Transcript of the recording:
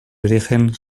origen